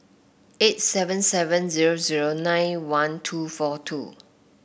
eight seven seven zero zero nine one two four two